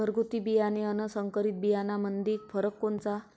घरगुती बियाणे अन संकरीत बियाणामंदी फरक कोनचा?